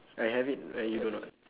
I have it and you don't what